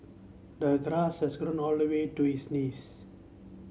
the grass has grown all the way to his knees